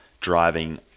driving